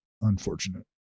Unfortunate